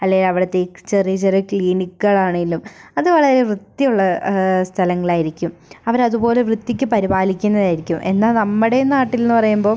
അല്ലെങ്കിൽ അവിടുത്തെ ഈ ചെറിയ ചെറിയ ക്ലിനിക്കുകൾ ആണെങ്കിലും അത് വളരെ വൃത്തിയുള്ള സ്ഥലങ്ങളായിരിക്കും അവരത് പോലെ വൃത്തിക്ക് പരിപാലിക്കുന്നതായിരിക്കും എന്നാൽ നമ്മുടെ നാട്ടിൽ എന്ന് പറയുമ്പോൾ